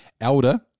Elder